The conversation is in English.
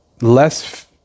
less